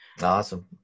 Awesome